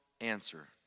answer